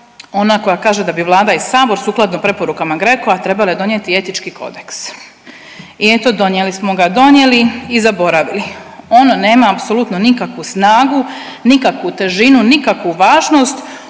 ono koje kaže da bi Vlada i Sabor, sukladno preporukama GRECO-a trebale donijeti Etički kodeks. I eto, donijeli smo ga, donijeli i zaboravili. Ono nema apsolutno nikakvu snagu, nikakvu težinu, nikakvu važnost,